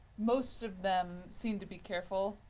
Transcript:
most of them seem to be careful.